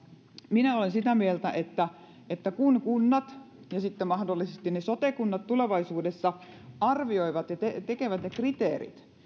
minä olen sitä mieltä että että kun kunnat ja sitten mahdollisesti ne sote kunnat tulevaisuudessa arvioivat ja tekevät ne kriteerit niin